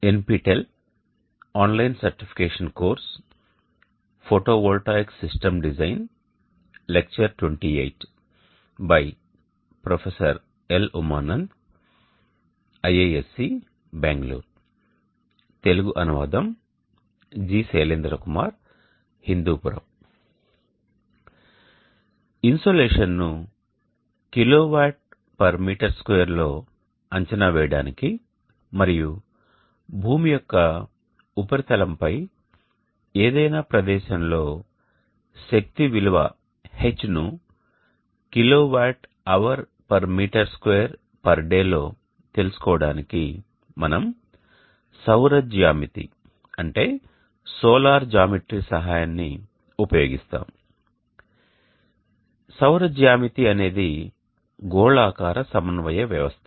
insolation ను kWm2 లో అంచనా వేయడానికి మరియు భూమి యొక్క ఉపరితలంపై ఏదైనా ప్రదేశంలో శక్తి విలువను kWhm2day లో తెలుసుకోవడానికి మనం సౌర జ్యామితి సహాయాన్ని ఉపయోగిస్తాము సౌర జ్యామితి అనేది గోళాకార సమన్వయ వ్యవస్థ